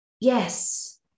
yes